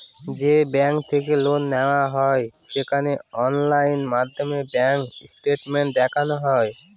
যে ব্যাঙ্ক থেকে লোন নেওয়া হয় সেখানে অনলাইন মাধ্যমে ব্যাঙ্ক স্টেটমেন্ট দেখানো হয়